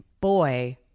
boy